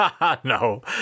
No